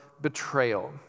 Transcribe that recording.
betrayal